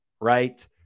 Right